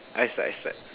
I start I start